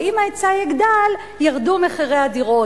ואם ההיצע יגדל מחירי הדירות ירדו.